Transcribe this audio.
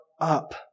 up